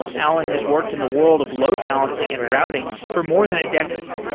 alan has worked in the world of load balancing and routing for more than a decade,